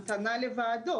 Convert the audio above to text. המתנה לוועדות.